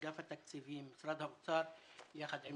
אגף התקציבים במשרד האוצר יחד עם